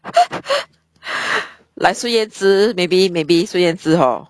like 孙燕姿 maybe maybe 孙燕姿 hor